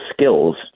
skills